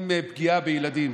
עם פגיעה בילדים,